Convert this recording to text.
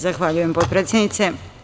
Zahvaljujem, potpredsednice.